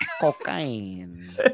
Cocaine